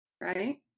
Right